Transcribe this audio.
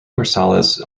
marsalis